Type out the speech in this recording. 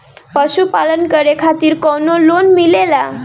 पशु पालन करे खातिर काउनो लोन मिलेला?